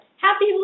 Happy